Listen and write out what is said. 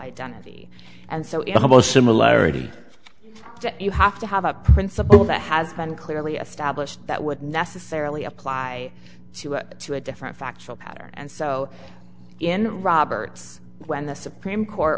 identity and so it's almost similarity you have to have a principle that has been clearly established that would necessarily apply to it to a different factual matter and so in roberts when the supreme court